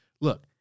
Look